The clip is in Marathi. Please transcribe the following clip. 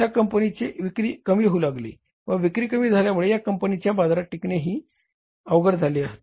त्या कंपनीची विक्री कमी होऊ लागली व विक्री कमी झाल्यामुळे या कंपनीचे बाजारात टिकनेही अवघड झाले आहे